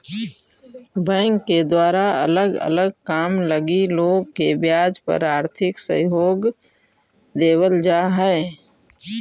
bank के द्वारा अलग अलग काम लगी लोग के ब्याज पर आर्थिक सहयोग देवल जा हई